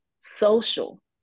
social